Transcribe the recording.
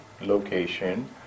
location